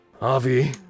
Avi